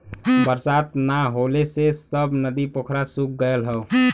बरसात ना होले से सब नदी पोखरा सूख गयल हौ